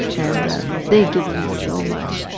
and they give me so much.